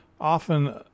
often